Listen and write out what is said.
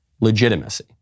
legitimacy